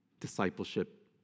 discipleship